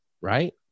right